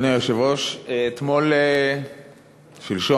אדוני היושב-ראש, שלשום